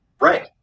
Right